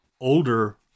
older